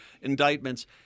indictments